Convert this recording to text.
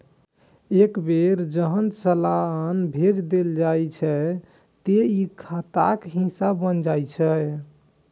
एक बेर जहन चालान भेज देल जाइ छै, ते ई खाताक हिस्सा बनि जाइ छै